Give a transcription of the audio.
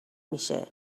میشه